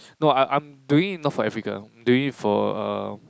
no I'm I'm doing it not for Africa doing it for err